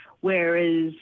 whereas